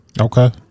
Okay